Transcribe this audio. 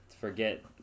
forget